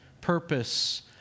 purpose